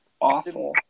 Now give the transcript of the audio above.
Awful